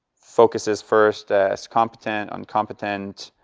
focuses first as competent, on competent,